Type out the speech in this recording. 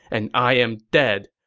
and i am dead.